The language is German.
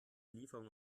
lieferung